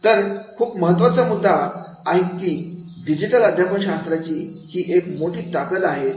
हाय खूप महत्त्वाचा मुद्दा आहे की डिजिटल अध्यापनाची ही एक खूप मोठी ताकद आहे